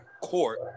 court